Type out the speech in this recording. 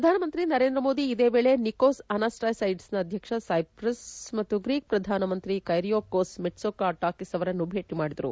ಪ್ರಧಾನಮಂತ್ರಿ ನರೇಂದ್ರ ಮೋದಿ ಇದೇ ವೇಳೆ ನಿಕೋಸ್ ಅನಸ್ಟಾಸೈಡ್ಸ್ನ ಅಧ್ವಕ್ಷ ಸೈಪ್ರಸ್ ಮತ್ತು ಗ್ರೀಕ್ ಪ್ರಧಾನಮಂತ್ರಿ ಕೈರಿಯಾಕೋಸ್ ಮಿಟ್ಲೋಟಾಕಿಸ್ ಅವರನ್ನು ಭೇಟ ಮಾಡಿದ್ದರು